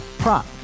prop